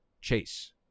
Chase